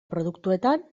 produktuetan